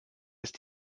ist